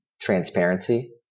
transparency